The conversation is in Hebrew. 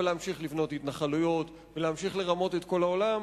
להמשיך לבנות התנחלויות ולהמשיך לרמות את העולם.